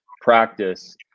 practice